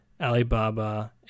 Alibaba